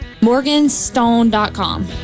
Morganstone.com